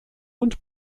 und